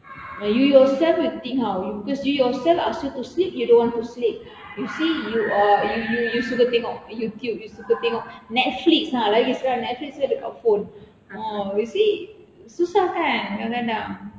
ah you yourself you think how you because you yourself ask you to sleep you don't want to sleep you see you are you you you suka tengok youtube you suka tengok netflix ah lagi sekarang netflix selalu dekat phone ah you see susah kan kadang-kadang